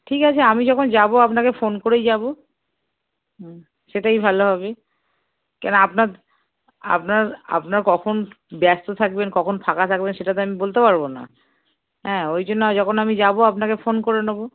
ঠিক আছে আমি যখন যাবো আপনাকে ফোন করেই যাবো সেটাই ভালো হবে কেন আপনার আপনার আপনার কখন ব্যস্ত থাকবেন কখন ফাঁকা থাকবেন সেটা তো আমি বলতে পারবো না হ্যাঁ ওই জন্য যখন আমি যাবো আপনাকে ফোন করে নেবো